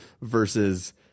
versus –